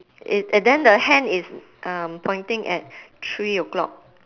it~ and then the hand is um pointing at three o'clock